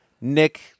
Nick